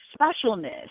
specialness